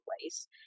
place